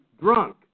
Drunk